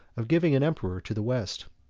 of giving an emperor to the west.